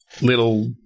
little